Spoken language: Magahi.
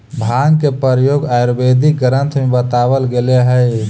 भाँग के प्रयोग आयुर्वेदिक ग्रन्थ में बतावल गेलेऽ हई